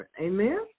Amen